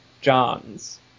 John's